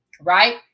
right